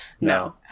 No